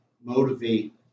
motivate